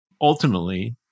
ultimately